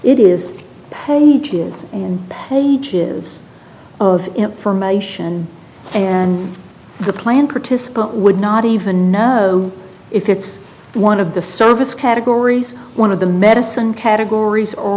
it is pages and pages of information and the plan participants would not even know if it's one of the service categories one of the medicine categories or